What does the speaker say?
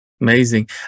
amazing